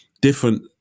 different